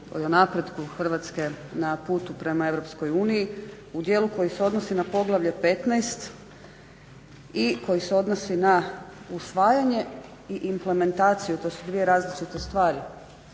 o napretku Hrvatske na putu prema EU u dijelu koje se odnosi na poglavlje 15 i koji se odnosi na usvajanje i implementaciju, to su dvije različite stvari